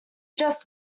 just